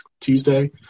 Tuesday